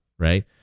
right